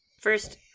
First